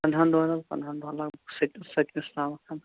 پَنٛداہَن دۄہَن حظ پَنٛداہَن دۄہَن لَگ بَگ سٔتِم سٔتمِس تام